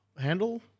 handle